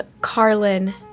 Carlin